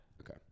Okay